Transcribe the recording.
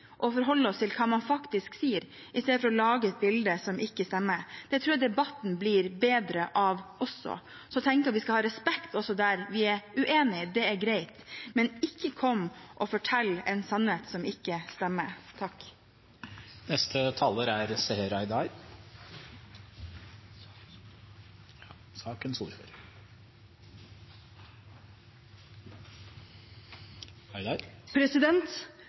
oss til hva man faktisk sier i stedet for å lage et bilde som ikke stemmer. Det tror jeg debatten blir bedre av også. Og jeg tenker at vi skal ha respekt også der vi er uenig, det er greit. Men ikke kom og fortell en sannhet som ikke stemmer.